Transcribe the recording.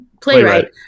playwright